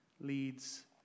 leads